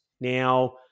Now